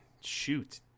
shoot